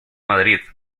madrid